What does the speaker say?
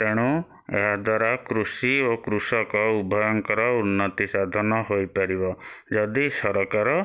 ତେଣୁ ଏହାଦ୍ଵାରା କୃଷି ଓ କୃଷକ ଉଭୟଙ୍କର ଉନ୍ନତିସାଧନ ହୋଇପାରିବ ଯଦି ସରକାର